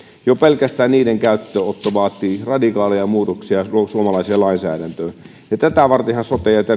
jo pelkästään niiden käyttöönotto vaatii radikaaleja muutoksia suomalaiseen lainsäädäntöön ja tätä vartenhan